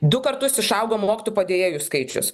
du kartus išaugo mokytojų padėjėjų skaičius